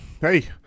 Hey